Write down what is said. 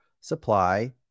supply